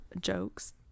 jokes